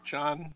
John